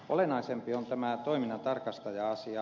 olennaisempi on tämä toiminnantarkastaja asia